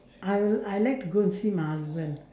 I I like to go and see my husband